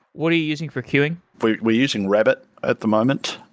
what are you using for queuing? we're we're using rabbit at the moment.